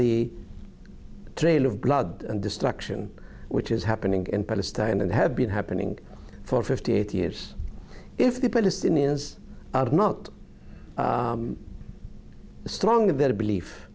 the trail of blood and destruction which is happening in palestine and have been happening for fifty eight years if the palestinians are not strong